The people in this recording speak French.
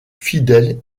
fidèle